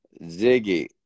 ziggy